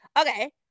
Okay